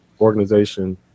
organization